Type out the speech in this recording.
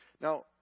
Now